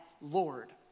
Lord